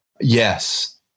Yes